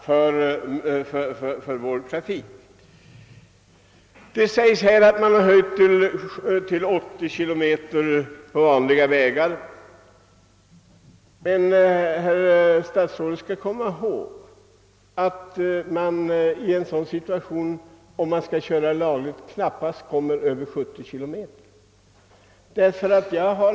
Herr statsrådet nämner i sitt svar att hastighetsgränsen har höjts till 80 kilometer i timmen på vanliga vägar, men han skall komma ihåg att man, om man skall köra lagligt, knappast kommer över 70 kilometer i timmen.